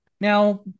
Now